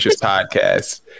podcast